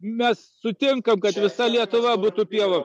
mes sutinkam kad visa lietuva būtų pieva